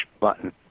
button